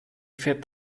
fährt